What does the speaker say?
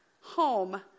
home